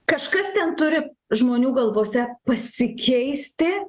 kažkas ten turi žmonių galvose pasikeisti